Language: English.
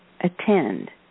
attend